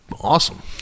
awesome